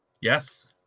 Yes